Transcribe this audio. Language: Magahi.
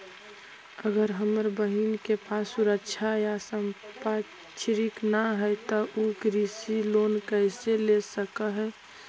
अगर हमर बहिन के पास सुरक्षा या संपार्श्विक ना हई त उ कृषि लोन कईसे ले सक हई?